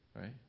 right